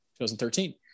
2013